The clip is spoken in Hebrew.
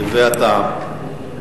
דברי הטעם.